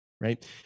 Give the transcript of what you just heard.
right